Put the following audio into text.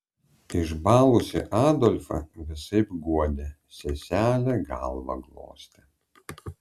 išbalusį adolfą visaip guodė seselė galvą glostė